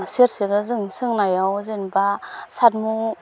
सेरसेखो जों सोंनायाव जेनेबा सातमु